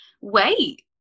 wait